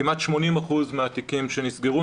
כמעט 80% מהתיקים שנסגרו,